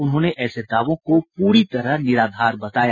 उन्होंने ऐसे दावों को पूरी तरह निराधार बताया